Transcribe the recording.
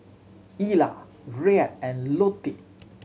Ela Rhett and Lottie